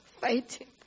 fighting